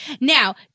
now